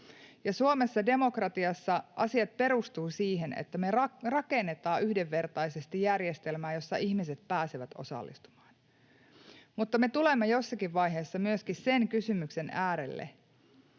Suomessa, demokratiassa, asiat perustuvat siihen, että me rakennetaan yhdenvertaisesti järjestelmää, jossa ihmiset pääsevät osallistumaan, mutta me tulemme jossakin vaiheessa myöskin sen kysymyksen äärelle,